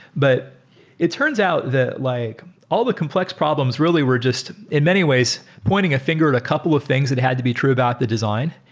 but it turns out that like all the complex problems really were just in many ways pointing a finger at a couple of things that had to be true about the design,